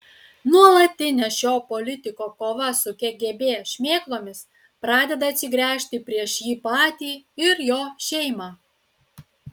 nuolatinė šio politiko kova su kgb šmėklomis pradeda atsigręžti prieš jį patį ir jo šeimą